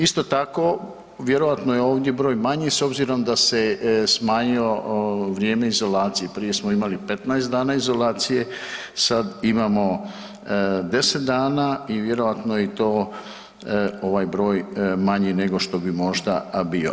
Isto tako, vjerojatno je ovdje broj manji s obzirom da se smanjio vrijeme izolacije, prije smo imali 15 dana izolacije, sad imamo 10 dana i vjerojatno je to ovaj broj manji nego što bi možda bio.